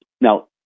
Now